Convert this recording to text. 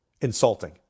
insulting